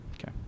Okay